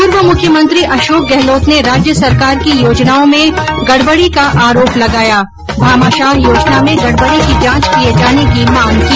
पूर्व मुख्यमंत्री अशोक गहलोत ने राज्य सरकार की योजनाओं में गडबडी का आरोप लगाया भामाशाह योजना में गडबडी की जांच किये जाने की मांग की